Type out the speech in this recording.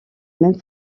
même